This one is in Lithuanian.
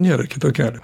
nėra kito kelio